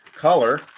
Color